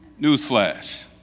Newsflash